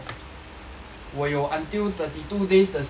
我有 until thirty two days 的时间